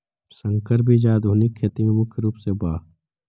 संकर बीज आधुनिक खेती में मुख्य रूप से बा